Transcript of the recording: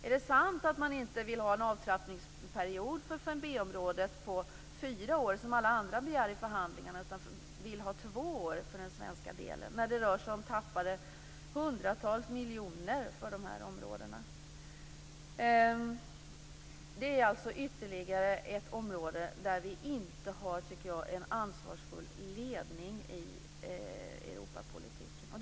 Är det sant att man inte vill ha en avtrappningsperiod för 5b-området på fyra år, som alla andra begär i förhandlingarna, utan på två år när det gäller den svenska delen? För dessa områden rör det sig ju om hundratals miljoner som man tappar. Det är alltså ytterligare ett område där vi inte har en ansvarsfull ledning i Europapolitiken.